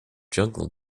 jungle